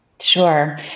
Sure